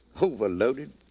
Overloaded